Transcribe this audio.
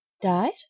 Died